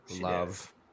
Love